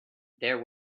there